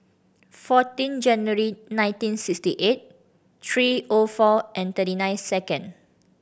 fourteen January nineteen sixty eight three O four and thirty nine second